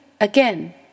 Again